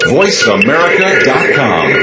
voiceamerica.com